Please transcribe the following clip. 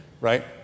right